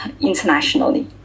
internationally